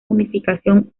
unificación